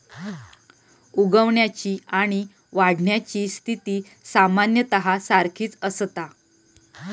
उगवण्याची आणि वाढण्याची स्थिती सामान्यतः सारखीच असता